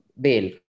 bail